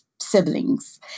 siblings